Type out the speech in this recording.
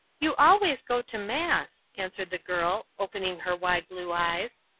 you always go to mass, answered the girl, opening her wide blue eyes,